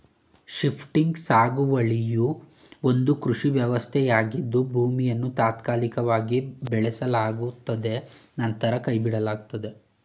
shifting ಸಾಗುವಳಿಯು ಒಂದು ಕೃಷಿ ವ್ಯವಸ್ಥೆಯಾಗಿದ್ದು ಭೂಮಿಯನ್ನು ತಾತ್ಕಾಲಿಕವಾಗಿ ಬೆಳೆಸಲಾಗುತ್ತದೆ ನಂತರ ಕೈಬಿಡಲಾಗುತ್ತದೆ